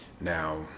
now